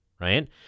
right